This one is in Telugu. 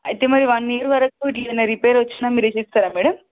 అయితే మరి వన్ ఇయర్ వరకు ఏదైనా రిపేర్ వచ్చిన మీరు చేసి ఇస్తారా మేడం